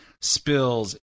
Spills